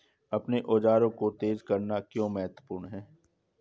अपने औजारों को तेज करना क्यों महत्वपूर्ण है?